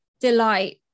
delight